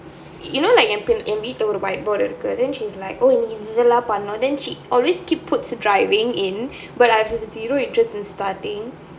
you know like என் வீட்ல ஒரு:en veetla oru white இருக்கு:irukku then she's like oh இதெல்லாம் பண்ணனும்:ithellaam pannanum then she always keep put driving in but I have zero interest in starting